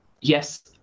yes